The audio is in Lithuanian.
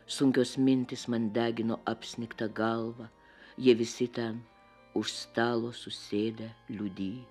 sunkios mintys man degino apsnigtą galvą jie visi ten už stalo susėda liudy